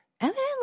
Evidently